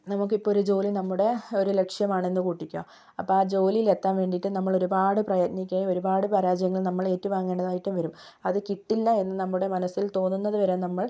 നമുക്കിപ്പോൾ ഒരു ജോലി നമ്മുടെ ഒരു ലക്ഷ്യമാണെന്ന് കൂട്ടിക്കോ അപ്പം ആ ജോലിയിലെത്താൻ വേണ്ടിയിട്ട് നമ്മൾ ഒരുപാട് പ്രയത്നിക്കുകയും ഒരുപാട് പരാജയങ്ങൾ നമ്മൾ ഏറ്റുവാങ്ങേണ്ടതായിട്ടും വരും അത് കിട്ടില്ല എന്ന് നമ്മുടെ മനസ്സിൽ തോന്നുന്നത് വരെ നമ്മൾ